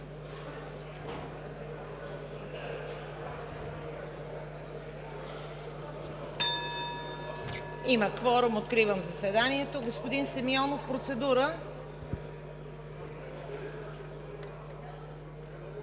Има кворум. Откривам заседанието. Господин Симеонов – процедура.